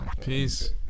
peace